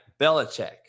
Belichick